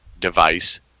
device